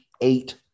eight